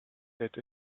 that